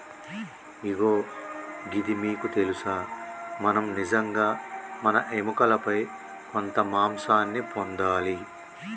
ఇగో గిది మీకు తెలుసా మనం నిజంగా మన ఎముకలపై కొంత మాంసాన్ని పొందాలి